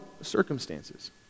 circumstances